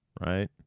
right